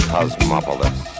Cosmopolis